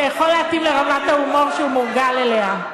יכול להתאים לרמת ההומור שאתה מורגל אליה.